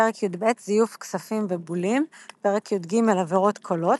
פרק י"ב זיוף כספים ובולים פרק י"ג עבירות קלות